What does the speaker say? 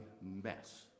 mess